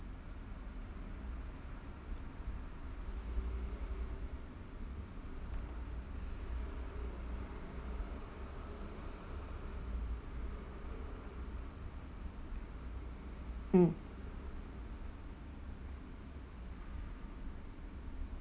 mm